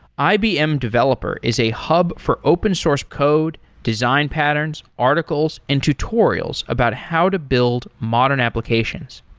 ibm developer is a hug for open source code, design patterns, articles and tutorials about how to build modern applications.